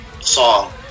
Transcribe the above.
song